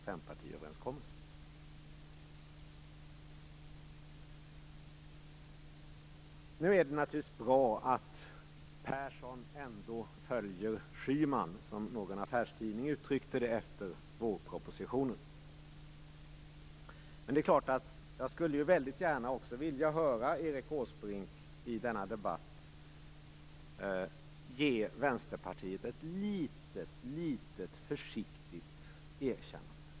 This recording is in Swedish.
Det är naturligtvis bra att Persson ändå följer Schyman, som någon affärstidning uttryckte det efter vårpropositionen. Jag skulle väldigt gärna vilja höra Erik Åsbrink i denna debatt ge Vänsterpartiet ett litet försiktigt erkännande.